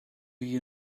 you